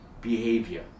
behavior